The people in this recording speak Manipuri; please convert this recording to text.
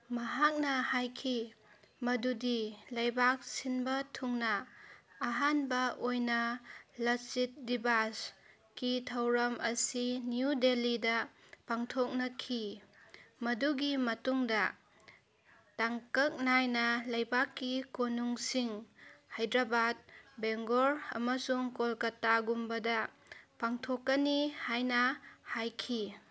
ꯃꯍꯥꯛꯅ ꯍꯥꯏꯈꯤ ꯃꯗꯨꯗꯤ ꯂꯩꯕꯥꯛ ꯁꯤꯟꯕ ꯊꯨꯡꯅ ꯑꯍꯥꯟꯕ ꯑꯣꯏꯅ ꯂꯆꯤꯠ ꯗꯤꯕꯥꯁꯀꯤ ꯊꯧꯔꯝ ꯑꯁꯤ ꯅ꯭ꯌꯨ ꯗꯦꯜꯂꯤꯗ ꯄꯥꯡꯊꯣꯛꯅꯈꯤ ꯃꯗꯨꯒꯤ ꯃꯇꯨꯡꯗ ꯇꯥꯡꯀꯛ ꯅꯥꯏꯅ ꯂꯩꯕꯥꯛꯀꯤ ꯀꯣꯅꯨꯡꯁꯤꯡ ꯍꯥꯏꯗ꯭ꯔꯕꯥꯠ ꯕꯦꯡꯒ꯭ꯂꯣꯔ ꯑꯃꯁꯨꯡ ꯀꯣꯜꯀꯇꯥꯒꯨꯝꯕꯗ ꯄꯥꯡꯊꯣꯛꯀꯅꯤ ꯍꯥꯏꯅ ꯍꯥꯏꯈꯤ